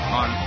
on